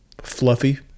fluffy